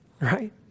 Right